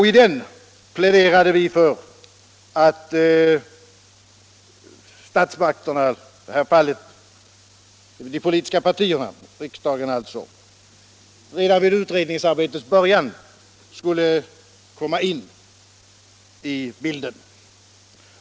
I den pläderade vi för att statsmakterna — i det här fallet de politiska partierna, dvs. riksdagen — redan vid utredningsarbetets början skulle komma in i bilden.